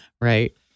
Right